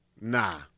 Nah